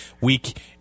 week